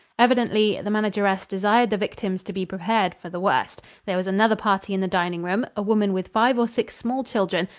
evidently the manageress desired the victims to be prepared for the worst. there was another party in the dining room, a woman with five or six small children,